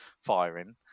firing